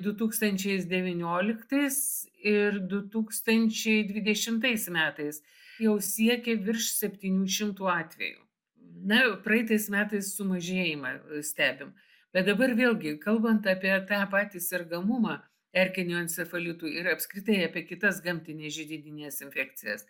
į du tūkstančiais devynioliktais ir du tūkstančiai dvidešimtais metais jau siekia virš septynių šimtų atvejų na praeitais metais sumažėjimą stebim bet dabar vėlgi kalbant apie tą patį sergamumą erkiniu encefalitu ir apskritai apie kitas gamtines židininės infekcijas